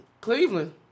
Cleveland